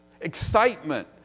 excitement